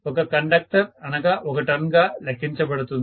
ఒక కండక్టర్ అనగా ఒక టర్న్ గా లెక్కించబడుతుంది